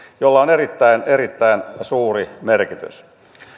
millä on erittäin erittäin suuri merkitys